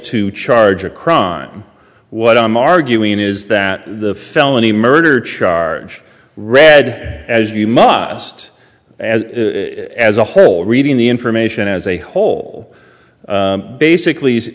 to charge a crime what i'm arguing is that the felony murder charge read as you must as a whole reading the information as a whole basically